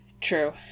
True